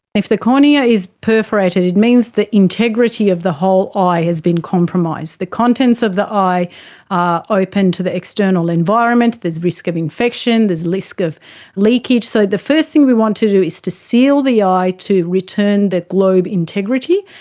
if the cornea is perforated, it means the integrity of the whole eye has been compromised. the contents of the eye are open to the external environment, there is a risk of infection, there's a risk of leakage. so the first thing we want to do is to seal the eye to return the globe integrity.